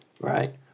Right